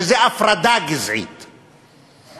שזה הפרדה גזעית,